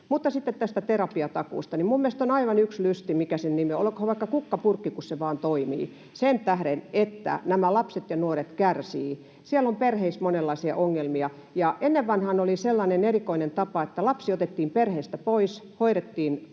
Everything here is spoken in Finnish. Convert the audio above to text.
Mutta sitten tästä terapiatakuusta: Minun mielestäni on aivan yksi lysti, mikä sen nimi on. Olkoon vaikka kukkapurkki, kun se vain toimii — sen tähden, että nämä lapset ja nuoret kärsivät. Siellä on perheissä monenlaisia ongelmia. Ennen vanhaan oli sellainen erikoinen tapa, että lapsi otettiin perheestä pois, hoidettiin